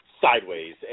sideways